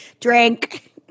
Drink